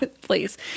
Please